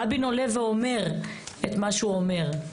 רבין עולה ואומר את מה שהוא אומר.